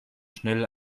schnell